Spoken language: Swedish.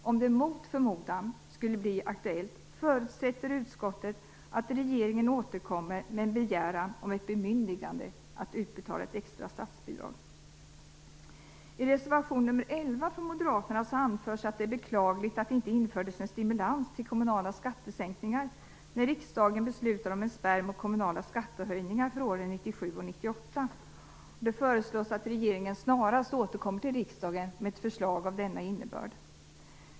Om det mot förmodan skulle bli aktuellt, förutsätter utskottet att regeringen återkommer med en begäran om ett bemyndigande att utbetala ett extra statsbidrag. I reservation nr 11, från moderaterna, anförs att det är beklagligt att det inte infördes en stimulans till kommunala skattesänkningar när riksdagen beslutade om en spärr mot kommunala skattehöjningar för åren 1997 och 1998. Det föreslås att regeringen snarast återkommer till riksdagen med ett förslag av denna innebörd.